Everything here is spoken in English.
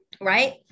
right